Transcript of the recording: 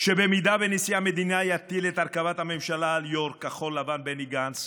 שאם נשיא המדינה יטיל את הרכבת הממשלה על יו"ר כחול לבן בני גנץ,